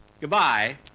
Goodbye